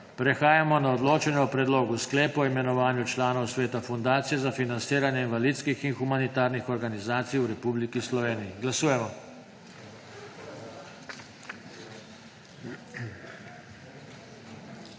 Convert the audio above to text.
Prehajamo na odločanje o Predlogu sklepa o imenovanju članov Sveta Fundacije za financiranje invalidskih in humanitarnih organizacij v Republiki Sloveniji. Glasujemo.